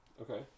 Okay